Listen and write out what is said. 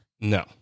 No